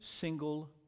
single